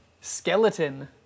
skeleton